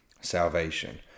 salvation